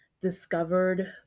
discovered